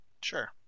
sure